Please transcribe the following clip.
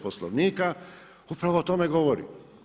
Poslovnika, upravo o tome govori.